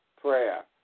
prayer